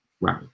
right